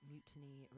Mutiny